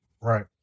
right